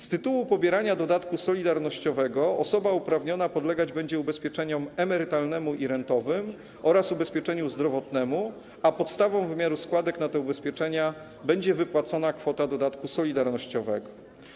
Z tytułu pobierania dodatku solidarnościowego osoba uprawniona podlegać będzie ubezpieczeniom emerytalnemu i rentowemu oraz ubezpieczeniu zdrowotnemu, a podstawą wymiaru składek na te ubezpieczenia będzie wypłacona kwota dodatku solidarnościowego.